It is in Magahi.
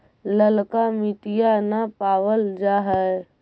ललका मिटीया न पाबल जा है?